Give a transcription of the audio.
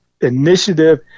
initiative